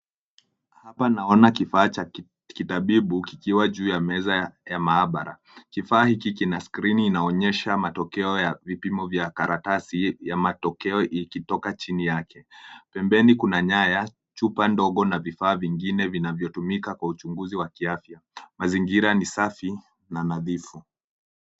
Hapa naona kifaa cha kitabibu kikiwa juu meza ya maabara. Kifaa hiki kina skrini inaonyesha matokeo ya vipimo vya karatasi ya matokeo ikitoka chini yake. Pembeni kuna nyaya , chupa ndogo na vifaa vingine vinavyotumika kwa uchunguzi wa kiafya .Mazingira ni safi na nadhifu.